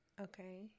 Okay